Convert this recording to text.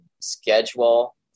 schedule